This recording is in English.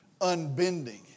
unbending